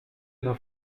nos